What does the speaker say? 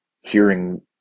hearing